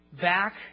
back